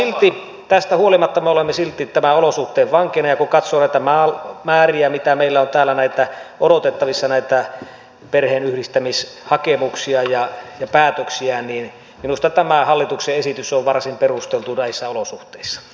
mutta tästä huolimatta me olemme silti tämän olosuhteen vankina ja kun katsoo näitä määriä mitä meillä on täällä odotettavissa näitä perheenyhdistämishakemuksia ja päätöksiä niin minusta tämä hallituksen esitys on varsin perusteltu näissä olosuhteissa